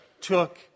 took